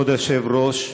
כבוד היושב-ראש,